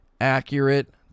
accurate